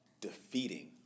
defeating